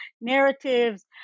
narratives